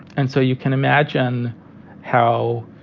and so you can imagine how